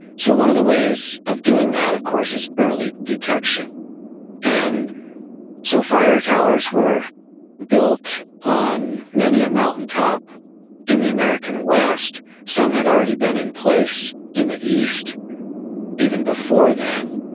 so one of the ways of doing that, of course is early detection and so, fire towers were built on many a mountaintop in the american west. some had already been in place in the east even before then,